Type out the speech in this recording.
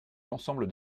l’ensemble